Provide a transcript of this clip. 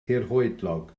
hirhoedlog